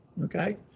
Okay